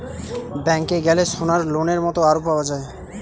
ব্যাংকে গ্যালে সোনার লোনের মত আরো পাওয়া যায়